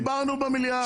דיברנו במליאה.